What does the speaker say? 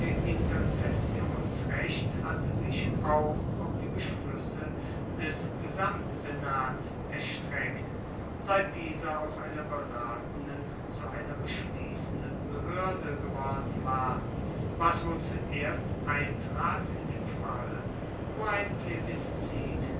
interzessionsrecht hatte sich auch auf die beschluesse des gesamtsenats erstreckt seit dieser aus einer beratenden zu einer beschliessenden behoerde geworden war was wohl zuerst eintrat in dem fall wo ein